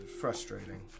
Frustrating